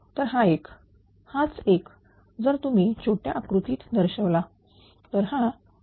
तर हा एक हाच एक जर तुम्ही छोट्या आकृतीत दर्शवला तर हा Pg